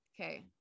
okay